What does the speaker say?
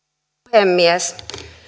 puhemies